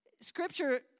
Scripture